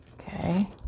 Okay